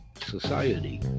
society